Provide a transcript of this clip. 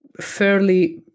fairly